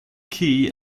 key